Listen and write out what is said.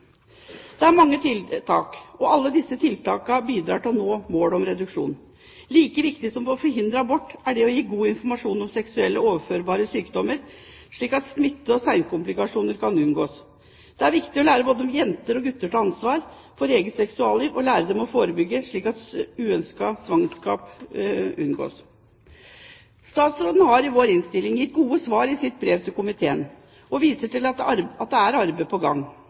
Det er mange tiltak, og alle bidrar til å nå målet om reduksjon i aborttallene. Like viktig som å forhindre abort er det å gi god informasjon om seksuelt overførbare sykdommer, slik at smitte og senkomplikasjoner kan unngås. Det er viktig å lære både jenter og gutter å ta ansvar for eget seksualliv og lære dem å forebygge, slik at uønskede svangerskap unngås. Statsråden har i vår innstilling gitt gode svar i sitt brev til komiteen, og viser til at det er arbeid på gang.